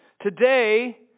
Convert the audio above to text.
Today